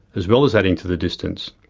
as well as adding to the distance.